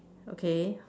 okay